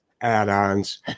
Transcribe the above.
add-ons